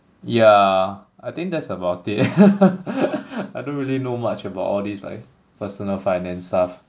yeah I think that's about it I don't really know much about all these like personal finance stuff